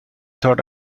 thought